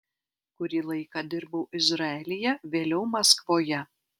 kurį laiką dirbau izraelyje vėliau maskvoje